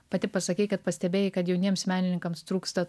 pati pasakei kad pastebėjai kad jauniems menininkams trūksta